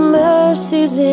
mercies